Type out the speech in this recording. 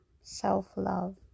self-love